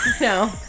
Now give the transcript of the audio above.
No